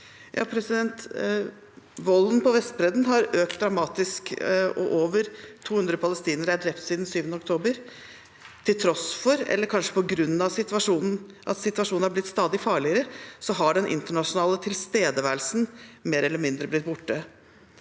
Volden på Vestbredden har økt dramatisk, og over 200 palestinere er drept siden 7. oktober. Til tross for eller kanskje på grunn av at situasjonen har blitt stadig farligere, har den internasjonale tilstedeværelsen mer eller mindre blitt borte.